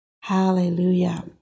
Hallelujah